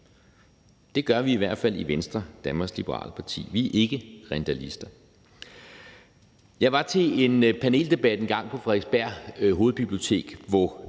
det gør vi i hvert fald i Venstre, Danmarks Liberale Parti. Vi er ikke rindalister. Jeg var til en paneldebat engang på Frederiksberg Hovedbibliotek, hvor